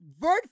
word